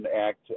Act